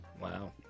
Wow